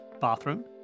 bathroom